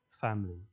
family